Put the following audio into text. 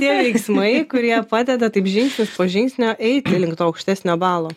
tie veiksmai kurie padeda taip žingsnis po žingsnio eiti link to aukštesnio balo